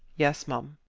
yes, m'm.